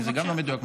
כי גם זה לא מדויק,